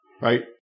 Right